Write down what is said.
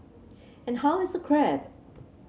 and how is the crab